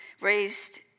raised